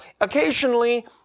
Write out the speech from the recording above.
occasionally